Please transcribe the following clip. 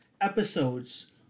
episodes